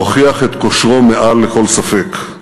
והוכיח את כושרו מעל לכל ספק.